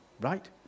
right